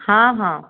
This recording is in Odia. ହଁ ହଁ